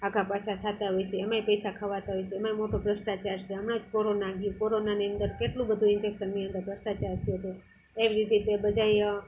આઘા પાછા થાતા હોય છે એમાંય પૈસા ખવાતા હોય છે એમાંય મોટો ભ્રષ્ટાચાર છે હમણાં જ કોરોના ગયું કોરોનાની અંદર કેટલું બધું ઇન્જેકશનની અંદર ભ્રષ્ટાચાર થયો તો એવી રીતે તે બધાય